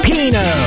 Pino